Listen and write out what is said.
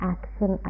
Action